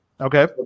Okay